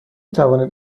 توانید